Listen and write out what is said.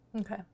okay